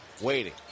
Waiting